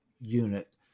unit